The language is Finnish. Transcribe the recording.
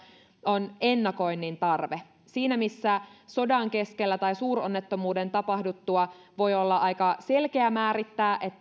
on ennakoinnin tarve siinä missä sodan keskellä tai suuronnettomuuden tapahduttua voi olla aika selkeää määrittää